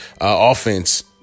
offense